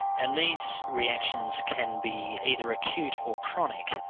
and these reactions can be either acute or chronic,